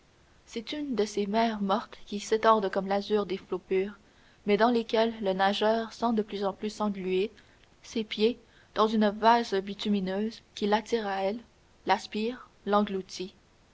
c'est une de ces mers mortes qui s'étendent comme l'azur des flots purs mais dans lesquelles le nageur sent de plus en plus s'engluer ses pieds dans une vase bitumineuse qui l'attire à elle l'aspire l'engloutit